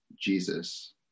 Jesus